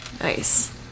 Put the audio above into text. Nice